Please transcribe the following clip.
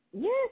Yes